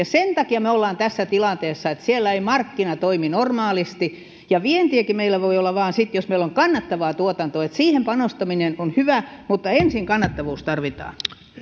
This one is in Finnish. sen takia me olemme tässä tilanteessa että siellä ei markkina toimi normaalisti ja vientiäkin meillä voi olla vain sitten jos meillä on kannattavaa tuotantoa siihen panostaminen on hyvä mutta ensin kannattavuus tarvitaan